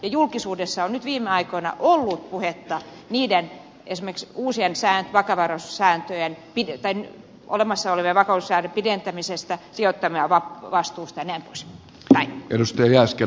julkisuudessa on nyt viime aikoina ollut puhetta esimerkiksi niiden ties miksi uusi edessään vakava rossääntöjen olemassa olevien vakavaraisuussääntöjen pidentämisestä sijoittajavastuusta jnp